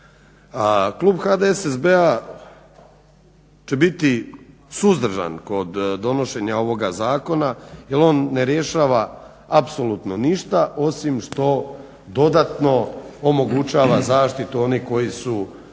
Klub HDSSB-a će biti suzdržan kod donošenja ovoga zakona jer on ne rješava apsolutno ništa osim što dodatno omogućava zaštitu onih koji su